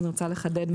ואני רוצה לחדד.